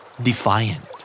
Defiant